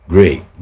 Great